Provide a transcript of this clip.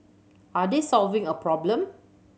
are they solving a problem